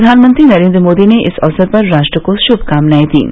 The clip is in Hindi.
प्रधानमंत्री नरेन्द्र मोदी ने इस अवसर पर राष्ट्र को शुभकामनाएं दीं